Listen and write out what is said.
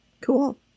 Cool